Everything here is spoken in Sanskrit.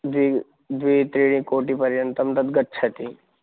द्वि द्वि त्रीणि कोटिपर्यन्तं तद् गच्छति